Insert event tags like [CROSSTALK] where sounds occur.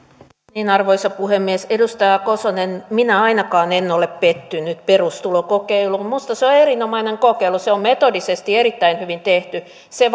arvoisa puhemies edustaja kosonen ainakaan minä en ole pettynyt perustulokokeiluun minusta se on erinomainen kokeilu se on metodisesti erittäin hyvin tehty se [UNINTELLIGIBLE]